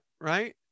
Right